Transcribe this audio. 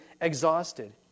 exhausted